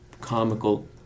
comical